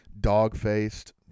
Dog-faced